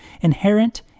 inherent